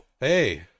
hey